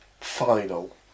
Final